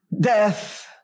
death